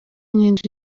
nk’inzu